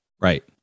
Right